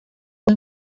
fue